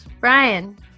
Brian